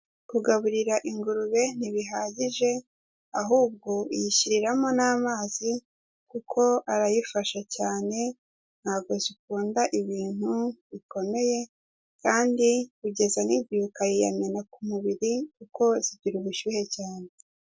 Kugaburira ingurube ntibihagije, ahubwo uyishyiriramo n'amazi kuko arayifasha cyane, ntabwo zikunda ibintu bikomeye, kandi ugeza n'igihe ukayiyamena ku mubiri kuko zigira ubushyuhe cyane.